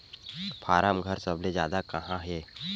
form घर सबले जादा कहां हे